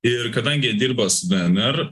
ir kadangi dirba su dnr